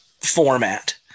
format